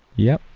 yep,